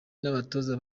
n’abatoza